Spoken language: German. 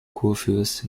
kurfürst